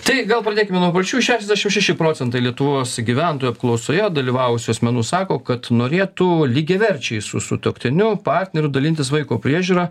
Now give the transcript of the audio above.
tai gal pradėkime nuo pradžių šešiasdešimt šeši procentai lietuvos gyventojų apklausoje dalyvavusių asmenų sako kad norėtų lygiaverčiai su sutuoktiniu partneriu dalintis vaiko priežiūra